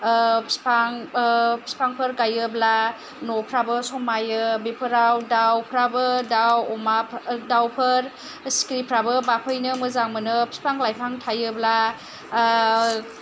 बिफां बिफांफोर गायोब्ला न'फ्राबो समायो बिफोराव दाउफ्राबो दाउ दाउफोर सिखिरिफ्राबो बाफैनो मोजां मोनो बिफां लाइफां थायोब्ला